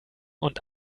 und